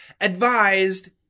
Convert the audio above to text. Advised